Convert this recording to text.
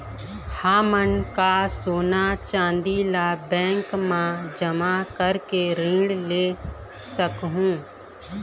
हमन का सोना चांदी ला बैंक मा जमा करके ऋण ले सकहूं?